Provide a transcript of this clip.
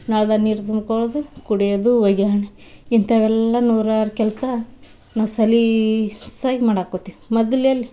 ನಳದ ನೀರು ತುಂಬ್ಕೊಳ್ಳೋದು ಕುಡಿಯೋದು ಇಂಥವೆಲ್ಲ ನೂರಾರು ಕೆಲಸ ನಾವು ಸಲೀಸಾಗಿ ಮಾಡಕೊತ್ತಿವ್ ಮೊದ್ಲು ಎಲ್ಲ